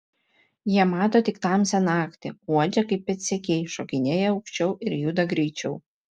jie mato tik tamsią naktį uodžia kaip pėdsekiai šokinėja aukščiau ir juda greičiau